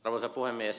arvoisa puhemies